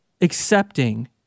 accepting